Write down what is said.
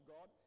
God